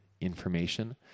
information